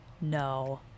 No